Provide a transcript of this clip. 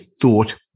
thought